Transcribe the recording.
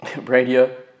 Radio